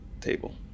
table